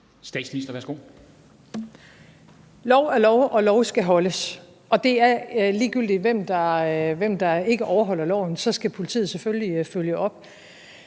(Mette Frederiksen): Lov er lov, og lov skal holdes, og ligegyldig hvem der ikke overholder loven, skal politiet selvfølgelig følge op.